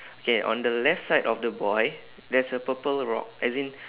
okay on the left side of the boy there's a purple rock as in